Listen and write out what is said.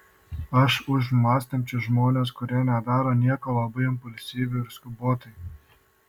aš už mąstančius žmones kurie nedaro nieko labai impulsyviai ir skubotai